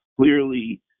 Clearly